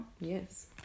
Yes